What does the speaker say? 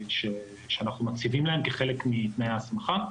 שאנחנו מציבים להם כחלק מתנאי ההסמכה.